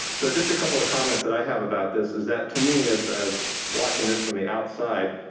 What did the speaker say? so just a couple of comments that i have about this is that to me as as watching this from the outside,